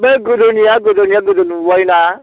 बे गोदोनिया गोदोनिया गोदो नुबायना